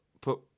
put